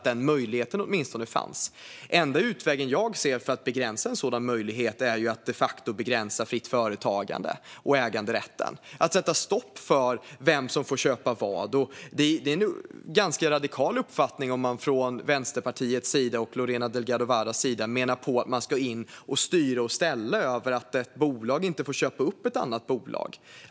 Den enda utvägen jag ser för att begränsa en sådan möjlighet är att de facto begränsa fritt företagande och äganderätten, att sätta stopp för vem som får köpa vad. Det är en radikal uppfattning om man från Lorena Delgado Varas och Vänsterpartiets sida menar på att man ska in och styra och ställa över att ett bolag inte får köpa upp ett annat bolag.